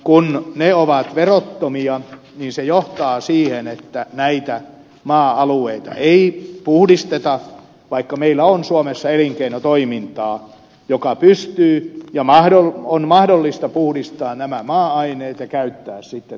kun ne ovat verottomia se johtaa siihen että näitä maa alueita ei puhdisteta vaikka meillä on suomessa elinkeinotoimintaa joka pystyy ja on mahdollista puhdistaa nämä maa aineet ja käyttää sitten uudelleen